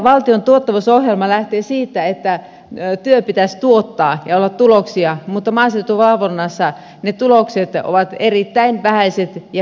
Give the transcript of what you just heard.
valtion tuottavuusohjelma lähtee siitä että työn pitäisi tuottaa ja olla tuloksia mutta maaseutuvalvonnassa ne tulokset ovat erittäin vähäiset ja pienet